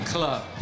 Club